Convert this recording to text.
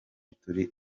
turi